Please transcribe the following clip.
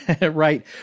Right